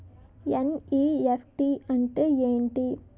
NEFT అంటే ఎంటి?